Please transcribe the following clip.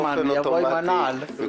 באופן אוטומטי -- סינדליברמן יבוא עם הנעל.